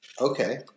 Okay